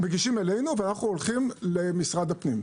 מגישים אלינו, ואנחנו הולכים למשרד הפנים.